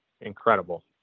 incredible